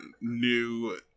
new